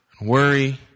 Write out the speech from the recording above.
worry